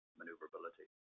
maneuverability